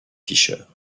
fischer